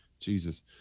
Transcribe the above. Jesus